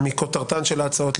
מכותרתן של ההצעות,